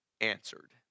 answered